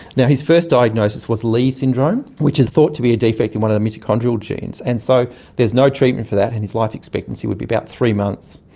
his first diagnosis was leigh syndrome, which is thought to be a defect in one of the mitochondrial genes, and so there is no treatment for that and his life expectancy would be about three months.